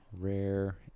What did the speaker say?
rare